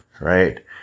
right